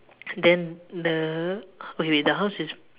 then the okay wait wait the house is